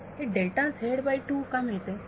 विद्यार्थी हे delta Z by two का मिळते